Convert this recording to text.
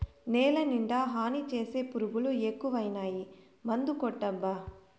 నేలనిండా హాని చేసే పురుగులు ఎక్కువైనాయి మందుకొట్టబ్బా